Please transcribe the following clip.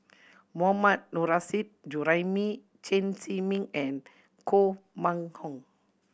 Mohammad Nurrasyid Juraimi Chen Zhiming and Koh Mun Hong